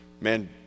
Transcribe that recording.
Man